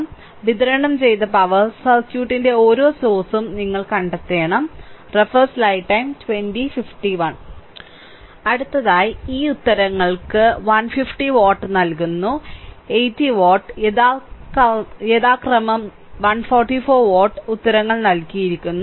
അതിനാൽ വിതരണം ചെയ്ത പവർ സർക്യൂട്ടിന്റെ ഓരോ സോഴ്സും നിങ്ങൾ കണ്ടെത്തണം അടുത്തതായി ഈ ഉത്തരങ്ങൾക്ക് 150 വാട്ട് നൽകുന്നു 80 വാട്ട് യഥാക്രമം 144 വാട്ട് ഉത്തരങ്ങൾ നൽകിയിരിക്കുന്നു